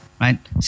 right